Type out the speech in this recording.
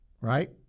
right